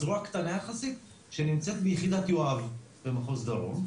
זרועה קטנה יחסית שנמצאת ביחידת יואב במחוז דרום.